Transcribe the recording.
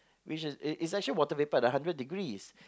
which is is actually water vapour at a hundred degrees